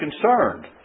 concerned